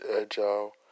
agile